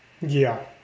ya